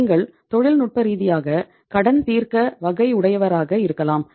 நீங்கள் தொழில்நுட்ப ரீதியாக கடன் தீர்க்க வகையுடையவராக இருக்கலாம்